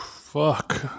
Fuck